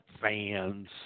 fans